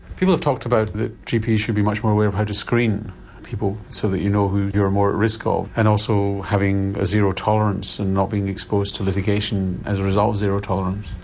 people have talked about that gps should be much more aware of how to screen people so that you know who you are more at risk of and also having a zero tolerance and not being exposed to litigation as a result of zero tolerance.